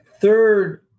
third